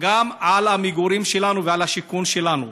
גם למגורים שלנו ולשיכון שלנו.